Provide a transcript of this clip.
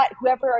Whoever